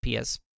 ps